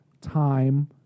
time